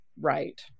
right